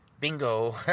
Bingo